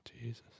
Jesus